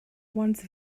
once